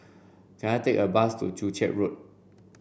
can I take a bus to Joo Chiat Road